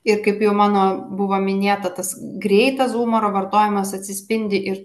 ir kaip jau mano buvo minėta tas greitas humoro vartojimas atsispindi ir